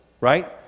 right